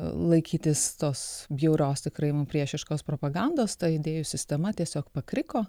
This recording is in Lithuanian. laikytis tos bjaurios tikrai mums priešiškos propagandos ta idėjų sistema tiesiog pakriko